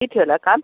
के थियो होला काम